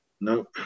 Nope